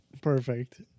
perfect